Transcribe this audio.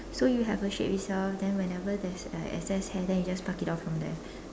so you have a shape itself then whenever there's like excess hair then you just pluck it out from there